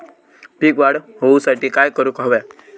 पीक वाढ होऊसाठी काय करूक हव्या?